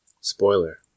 Spoiler